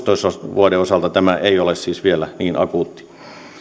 vuoden kuusitoista osalta tämä ei ole siis vielä niin akuutti